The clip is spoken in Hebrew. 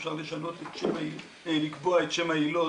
אפשר לקבוע את שם היילוד